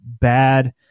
bad